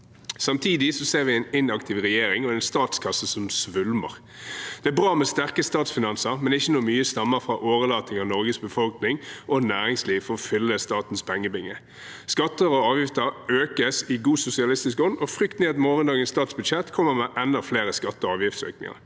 Samtidig ser vi en inaktiv regjering og en statskasse som svulmer. Det er bra med sterke statsfinanser, men ikke når mye stammer fra årelating av Norges befolkning og et næringsliv som fyller statens pengebinge. Skatter og avgifter økes i god sosialistisk ånd, og frykten er at morgendagens statsbudsjett kommer med enda flere skatte- og avgiftsøkninger